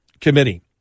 committee